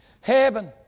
Heaven